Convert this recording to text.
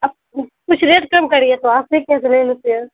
آپ کچھ ریٹ کم کریے تو آپ ہی کے یہاں سے لے لیتے ہیں